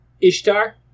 Ishtar